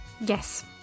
yes